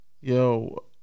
yo